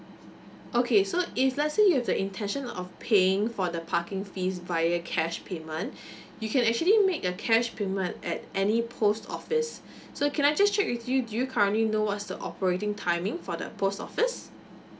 okay so if let's say you have the intention of paying for the parking fees via cash payment you can actually make a cash payment at any post office so can I just check with you do you currently know what's the operating timing for the post office